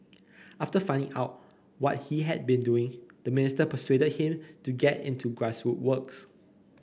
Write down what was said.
after finding out what he had been doing the minister persuaded him to get into grassroots work